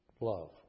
love